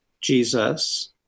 Jesus